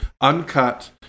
uncut